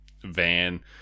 van